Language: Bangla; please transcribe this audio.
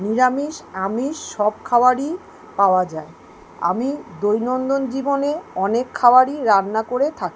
নিরামিষ আমিষ সব খাবারই পাওয়া যায় আমি দৈনন্দিন জীবনে অনেক খাবারই রান্না করে থাকি